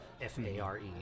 F-A-R-E